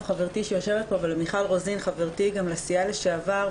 מיכאלי חברתי שיושבת פה ולמיכל רוזין חברתי לסיעה לשעבר,